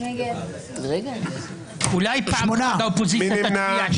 מי נמנע?